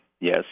yes